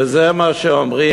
וזה מה שאומרים,